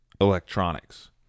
electronics